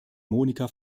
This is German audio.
monica